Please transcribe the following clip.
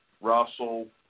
Russell